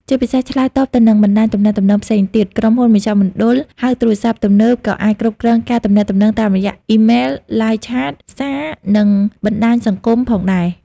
ជាពិសេស ឆ្លើយតបទៅនឹងបណ្ដាញទំនាក់ទំនងផ្សេងទៀត ក្រុមហ៊ុនមជ្ឈមណ្ឌលហៅទូរស័ព្ទទំនើបក៏អាចគ្រប់គ្រងការទំនាក់ទំនងតាមរយៈ អ៊ីមែល, Live Chat, សារ, និងបណ្ដាញសង្គម ផងដែរ។